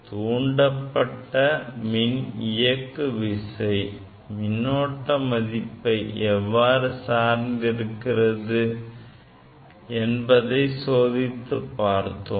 தூண்டப்பட்ட மின் இயக்கு விசை மின்னோட்ட மதிப்பை எவ்வாறு சார்ந்து இருக்கிறது என்பதை சோதித்துப் பார்த்தோம்